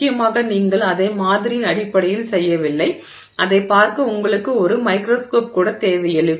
முக்கியமாக நீங்கள் அதை மாதிரியின் அடிப்படையில் செய்யவில்லை அதைப் பார்க்க உங்களுக்கு ஒரு மைக்ரோஸ்கோப் கூட தேவையில்லை